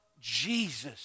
Jesus